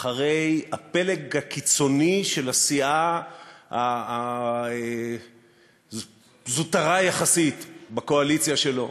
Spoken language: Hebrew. אחרי הפלג הקיצוני של הסיעה הזוטרה יחסית בקואליציה שלו